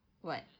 what